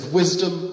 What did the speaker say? wisdom